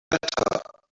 better